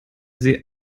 sie